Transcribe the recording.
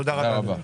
תודה רבה.